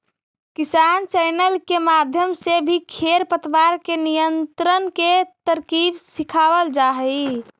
किसान चैनल के माध्यम से भी खेर पतवार के नियंत्रण के तरकीब सिखावाल जा हई